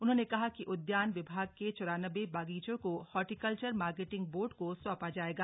उन्होंने कहा कि उद्यान विभाग के चौरानब्बे बगीचों को हार्टिकल्चर मार्किटिंग बोर्ड को सौंपा जायेगा